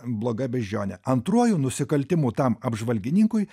bloga beždžionė antruoju nusikaltimu tam apžvalgininkui